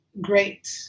great